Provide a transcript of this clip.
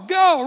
go